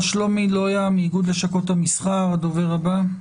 מר שלומי לויה, איגוד לשכות המסחר, בבקשה.